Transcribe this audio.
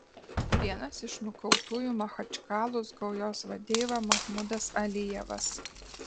vienas iš nukautųjų machačkalos gaujos vadeiva mahmudas alijevas